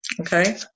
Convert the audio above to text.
Okay